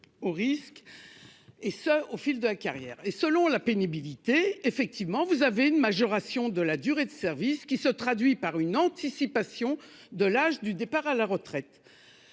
aux risques au fil de la carrière. Selon la pénibilité, on peut bénéficier d'une majoration de la durée de service, qui se traduit par une anticipation de l'âge du départ à la retraite.